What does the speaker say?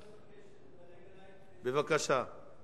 אני יכול לבקש שתדלג עלי, בבקשה.